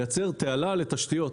לייצר תעלה לתשתיות.